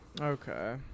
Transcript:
Okay